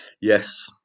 Yes